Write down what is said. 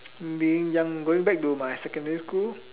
being young going back to my secondary school